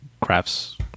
crafts